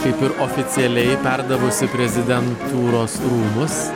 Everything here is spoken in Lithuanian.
kaip ir oficialiai perdavusi prezidentūros rūmus